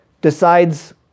decides